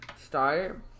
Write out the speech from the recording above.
start